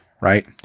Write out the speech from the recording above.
right